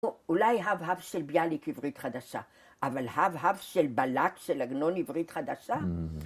אולי הב הב של ביאליק עברית חדשה, אבל הב הב של בלק של עגנון עברית חדשה?